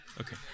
Okay